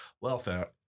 welfare